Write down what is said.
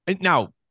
now